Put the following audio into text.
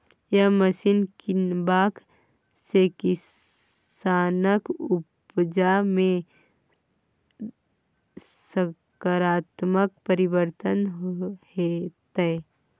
सही मशीन कीनबाक सँ किसानक उपजा मे सकारात्मक परिवर्तन हेतै